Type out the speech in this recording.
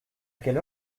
quelle